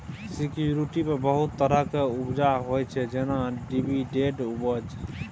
security पर बहुत तरहक उपजा होइ छै जेना डिवीडेंड उपज